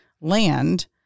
land